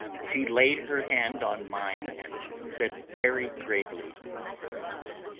she laid her hand on mine and said very gravely ah,